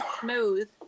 Smooth